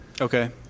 okay